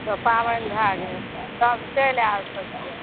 तऽ पाबनि भए गेल सब चलि आयल सब केओ